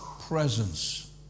presence